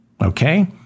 Okay